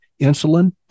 insulin